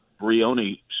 Brioni